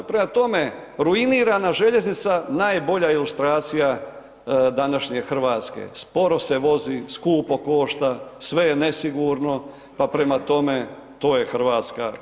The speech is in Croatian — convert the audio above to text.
Prema tome, ruinirana željeznica najbolja je ilustracija današnje Hrvatske, sporo se vozi, skupo košta, sve je nesigurno, pa prema tome, to je Hrvatska u toj slici.